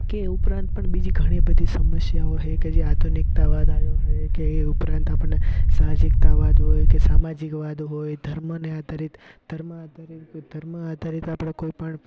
તે ઉપરાંત પણ બીજી ઘણી બધી સમસ્યાઓ છે કે કે જે આધુનિકતાવાદ આવ્યો છે કે એ ઉપરાંત આપણને સાહજિકતાવાદ હોય કે સામાજિકવાદ હોય ધર્મને આધારિત ધર્મ આધારિત કોઈ ધર્મ આધારિત આપણે કોઈ પણ